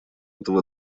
этого